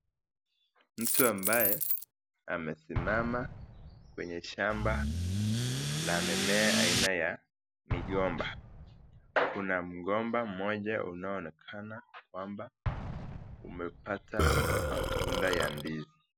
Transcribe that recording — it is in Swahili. Mtu ambaye amesimama kwenye shamba la mimea aina ya migomba. Kuna mgomba mmoja unaonekana kwamba umepata matunda ya ndizi.